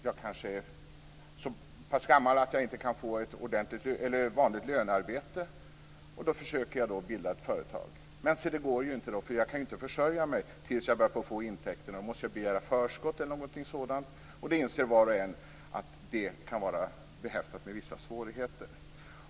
Jag är kanske så pass gammal att jag inte kan få ett vanligt lönearbete, och då försöker jag bilda ett företag. Det går dock inte, eftersom jag inte kan försörja mig tills jag börjar få intäkter. Jag måste begära förskott eller någonting sådant, och var och en inser att det kan vara behäftat med vissa svårigheter.